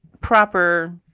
proper